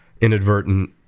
inadvertent